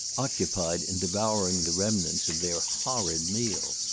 occupied in devouring the remnants of their horrid meal.